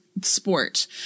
Sport